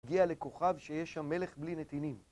הגיע לכוכב שיש שם מלך בלי נתינים